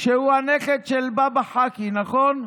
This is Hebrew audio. שהוא הנכד של בבא חאקי, נכון?